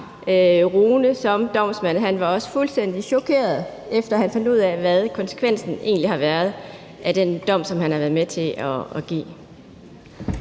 Rune som domsmand også fuldstændig chokeret, efter han fandt ud af, hvad konsekvensen egentlig har været af den dom, som han har været med til at give.